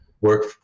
work